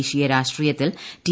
ദേശീയ രാഷ്ട്രീയത്തിൽ ടി